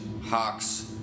Hawks